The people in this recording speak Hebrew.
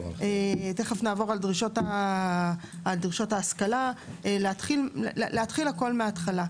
תכף נעבור על דרישות ההשכלה, להתחיל הכול מהתחלה.